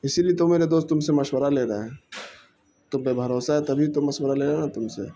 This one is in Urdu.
اسی لیے تو میرے دوست تم سے مشورہ لے رہے ہیں تم پہ بھروسہ ہے تبھی تو مشورہ لے رہے ہیں نا تم سے